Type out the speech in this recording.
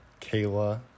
kayla